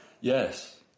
Yes